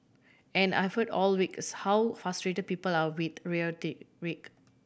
all I heard all week is how frustrate people are with rhetoric